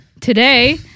today